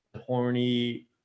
horny